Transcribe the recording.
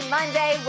Monday